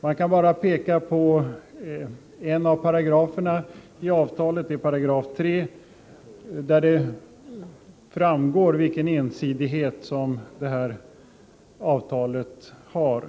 Man behöver bara peka på en av artiklarna i avtalet, nämligen artikel 3. Av den framgår det vilken ensidighet det här avtalet har.